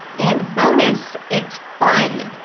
and bonus, it's fun.